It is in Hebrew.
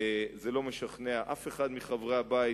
זה לא משכנע אף אחד מחברי הבית.